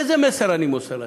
איזה מסר אני מוסר להם?